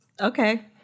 Okay